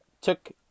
took